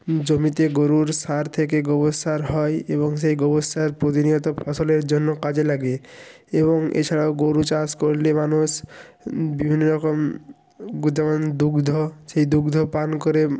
জমিতে গরুর সার থেকে গোবর সার হয় এবং সেই গোবর সার প্রতিনিয়ত ফসলের জন্য কাজে লাগে এবং এছাড়াও গরু চাষ করলে মানুষ বিভিন্ন রকম গুণমান দুগ্ধ সেই দুগ্ধ পান করে